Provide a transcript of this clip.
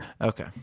Okay